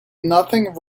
nothing